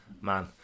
Man